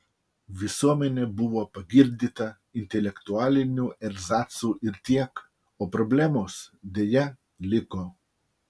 visuomenė buvo pagirdyta intelektualiniu erzacu ir tiek o problemos deja liko